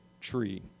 tree